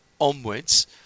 onwards